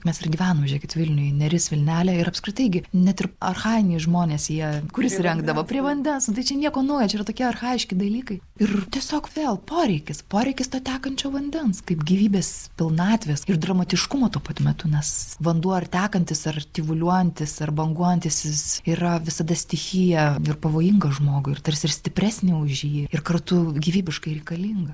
mes ir gyvenam žiūrėkit vilniuj neris vilnelė ir apskritai gi net ir archajiniai žmonės jie kur įsirengdavo prie vandens nu tai čia nieko naujo ir tokie archaiški dalykai ir tiesiog vėl poreikis poreikis to tekančio vandens kaip gyvybės pilnatvės ir dramatiškumo tuo pat metu nes vanduo ar tekantis ar tyvuliuojantis ar banguojantis jis yra visada stichija ir pavojinga žmogui ir tarsi ir stipresnė už jį ir kartu gyvybiškai reikalinga